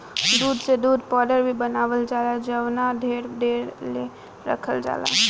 दूध से दूध पाउडर भी बनावल जाला जवन ढेरे दिन ले रखल जाला